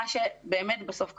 מה שבאמת בסוף קרה,